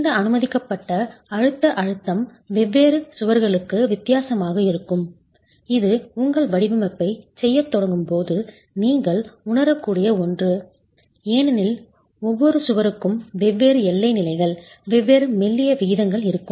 இந்த அனுமதிக்கப்பட்ட அமுக்க அழுத்தம் வெவ்வேறு சுவர்களுக்கு வித்தியாசமாக இருக்கும் இது உங்கள் வடிவமைப்பைச் செய்யத் தொடங்கும் போது நீங்கள் உணரக்கூடிய ஒன்று ஏனெனில் ஒவ்வொரு சுவருக்கும் வெவ்வேறு எல்லை நிலைகள் வெவ்வேறு மெல்லிய விகிதங்கள் இருக்கும்